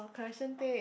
correction tape